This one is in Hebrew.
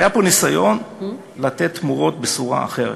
היה פה ניסיון לתת תמורות בצורה אחרת.